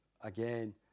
again